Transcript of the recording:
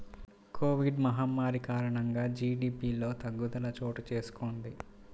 Covid మహమ్మారి కారణంగా జీడీపిలో తగ్గుదల చోటుచేసుకొంది